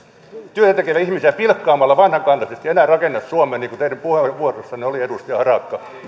työtätekeviä ihmisiä pilkkaamalla vanhakantaisesti enää rakenna suomea niin kuin teidän puheenvuorossanne oli edustaja harakka